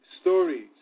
stories